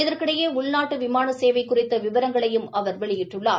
இதற்கிடையே உள்நாட்டு விமான சேவை குறித்த விவரங்களையும் அவர் வெளியிட்டுள்ளார்